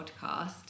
podcast